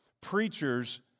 preachers